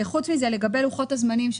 פרט לכך, לגבי לוחות הזמנים.